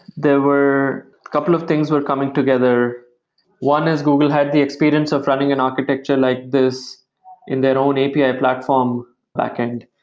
there were a couple of things were coming together one is google had the experience of running an architecture like this in their own api platform back-end.